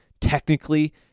technically